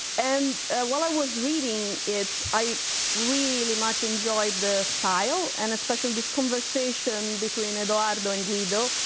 and while i was reading it, i really much enjoyed the style and especially this conversation between eduardo and guido.